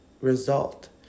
result